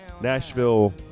Nashville